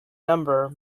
number